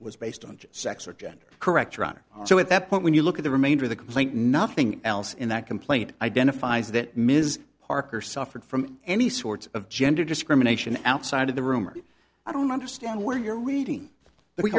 was based on sex or gender correct your honor so at that point when you look at the remainder of the complaint nothing else in that complaint identifies that ms parker suffered from any sort of gender discrimination outside of the room or i don't understand where you're reading but we